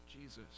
Jesus